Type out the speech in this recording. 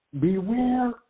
Beware